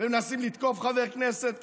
ומנסים לתקוף חבר כנסת,